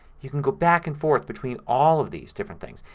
you can go back and forth between all of these different things.